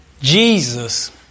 Jesus